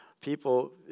People